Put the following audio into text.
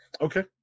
Okay